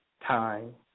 time